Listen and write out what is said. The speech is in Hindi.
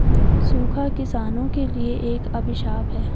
सूखा किसानों के लिए एक अभिशाप है